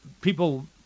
people